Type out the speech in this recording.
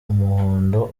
umuhondo